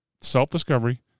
self-discovery